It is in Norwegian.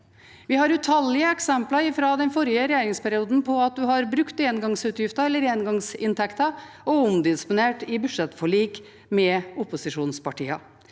Vi har utallige eksempler fra den forrige regjeringsperioden på at man har brukt engangsutgifter, eller engangsinntekter, og omdisponert i budsjettforlik med opposisjonspartier,